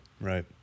right